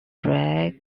frey